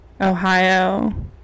Ohio